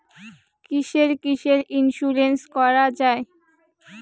কিসের কিসের ইন্সুরেন্স করা যায়?